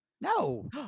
No